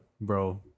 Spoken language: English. Bro